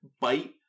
bite